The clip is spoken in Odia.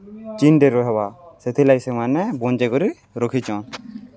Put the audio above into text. ଚିନ୍ଟେ ରହେବା ସେଥିଲାଗି ସେମାନେ ବଞ୍ଚେଇକରି ରଖିଚନ୍